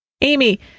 Amy